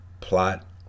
plot